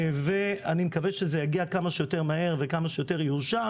אני מקווה שזה יגיע כמה שיותר מהר וכמה שיותר יאושר.